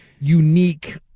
unique